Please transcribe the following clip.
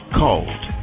called